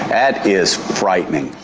that is frightening.